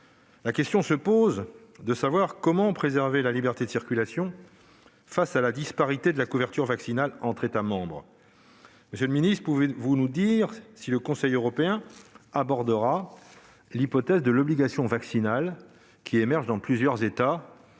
La question se pose de savoir comment préserver la liberté de circulation, compte tenu de la disparité de la couverture vaccinale entre États membres. Monsieur le secrétaire d'État, pouvez-vous nous dire si le Conseil européen abordera l'hypothèse de l'obligation vaccinale, qui émerge dans plusieurs États